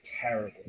terrible